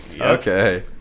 Okay